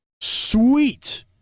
Sweet